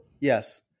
yes